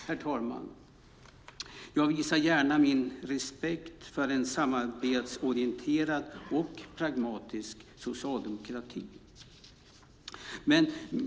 Herr talman! Jag visar gärna min respekt för en samarbetsorienterad och pragmatisk socialdemokrati.